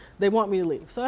they want me to leave. so